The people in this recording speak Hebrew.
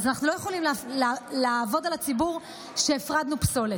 אז אנחנו לא יכולים לעבוד על הציבור שהפרדנו פסולת.